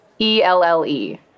E-L-L-E